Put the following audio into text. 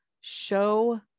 Show